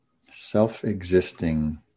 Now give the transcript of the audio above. self-existing